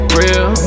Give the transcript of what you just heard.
real